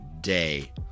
day